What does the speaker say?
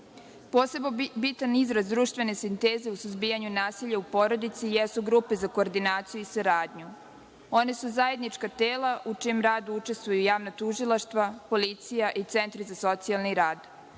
bitan izraz društvene sinteze u suzbijanju nasilja u porodici jesu grupe za koordinaciju i saradnju. One su zajednička tela u čijem radu učestvuju javna tužilaštva, policija i centri za socijalni rad.